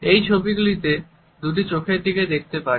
এই ছবিটিতে আমরা দুটি চোখের দিকে দেখতে পারি